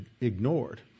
ignored